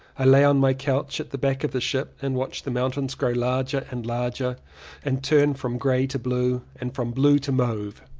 i lay on my couch at the back of the ship and watched the mountains grow larger and larger and turn from grey to blue and from blue to mauve.